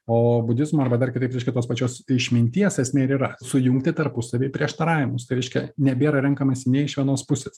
o budizmo arba dar kitaip reiškia tos pačios išminties esmė ir yra sujungti tarpusavy prieštaravimus tai reiškia nebėra renkamasi nei iš vienos pusės